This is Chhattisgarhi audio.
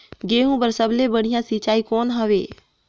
गहूं बर सबले बढ़िया सिंचाई कौन हवय?